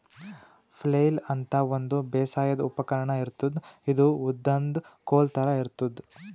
flail ಅಂತಾ ಒಂದ್ ಬೇಸಾಯದ್ ಉಪಕರ್ಣ್ ಇರ್ತದ್ ಇದು ಉದ್ದನ್ದ್ ಕೋಲ್ ಥರಾ ಇರ್ತದ್